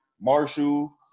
Marshall